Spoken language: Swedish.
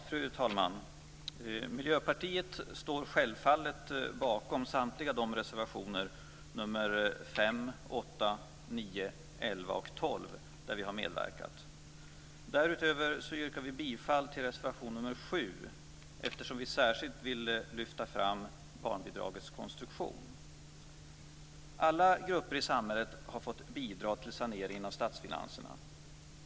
Fru talman! Vi i Miljöpartiet står självfallet bakom samtliga reservationer - reservationerna 5, 8, 9, 11 och 12 - som vi har medverkat till. Därutöver yrkar vi bifall till reservation 7 eftersom vi särskilt vill lyfta fram frågan om barnbidragets konstruktion. Alla grupper i samhället har fått bidra till saneringen av statsfinanserna.